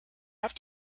have